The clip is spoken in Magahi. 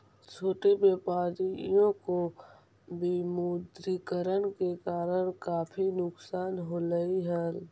छोटे व्यापारियों को विमुद्रीकरण के कारण काफी नुकसान होलई हल